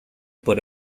por